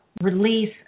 release